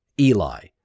Eli